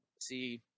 see